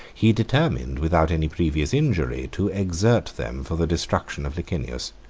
he determined, without any previous injury, to exert them for the destruction of licinius,